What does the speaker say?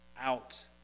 out